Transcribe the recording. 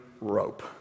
rope